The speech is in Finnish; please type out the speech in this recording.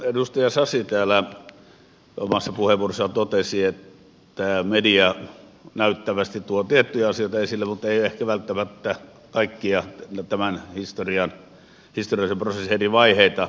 edustaja sasi täällä omassa puheenvuorossaan totesi että media näyttävästi tuo tiettyjä asioita esille mutta ei ehkä välttämättä kaikkia tämän historiallisen prosessin eri vaiheita